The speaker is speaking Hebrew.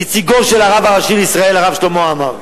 נציגו של הרב הראשי לישראל הרב שלמה עמאר.